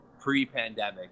pre-pandemic